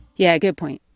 yeah, good point.